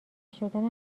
شدن